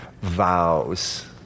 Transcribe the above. vows